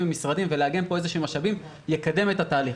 ממשרדים ולאגם משבאים יקדם את התהליך.